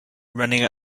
running